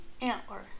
antler